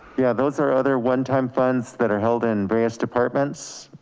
yeah. those are other one-time funds that are held in various departments.